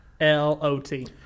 L-O-T